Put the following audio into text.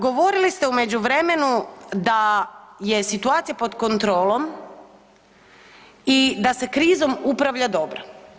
Govorili ste u međuvremenu da je situacija pod kontrolom i da se krizom upravlja dobro.